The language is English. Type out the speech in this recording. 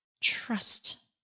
trust